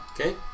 Okay